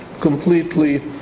completely